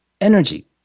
energy